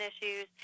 issues